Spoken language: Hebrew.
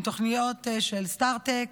תוכניות של סטרטק,